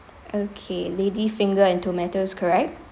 okay lady finger and tomatoes correct